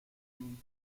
name